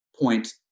point